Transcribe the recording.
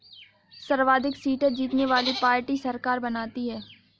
सर्वाधिक सीटें जीतने वाली पार्टी सरकार बनाती है